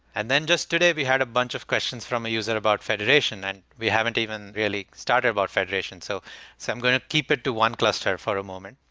and just today, we had a bunch of questions from a user about federation, and we haven't even really started about federation, so so i'm going to keep it to one cluster for a moment.